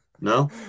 No